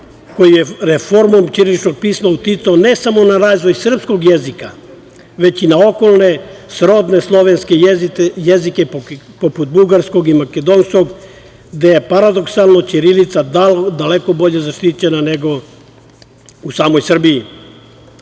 koji je reformom ćiriličnog pisma uticao, ne samo na razvoj srpskog jezika, već i na okolne srodne slovenske jezike, poput bugarskog i makedonskog, gde je paradoksalno ćirilica daleko bolje zaštićena, nego u samoj Srbiji.